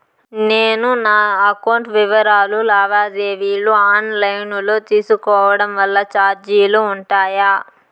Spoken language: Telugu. నేను నా అకౌంట్ వివరాలు లావాదేవీలు ఆన్ లైను లో తీసుకోవడం వల్ల చార్జీలు ఉంటాయా?